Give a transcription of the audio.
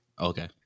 Okay